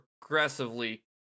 progressively